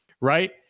right